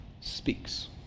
speaks